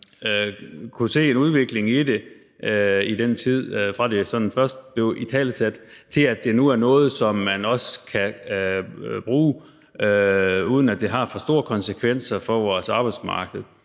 kunnet se en udvikling i det, i tiden fra det sådan først blev italesat, til at det nu er noget, som man også kan bruge, uden at det har for store konsekvenser for vores arbejdsmarked.